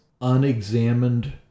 unexamined